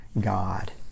God